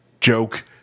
joke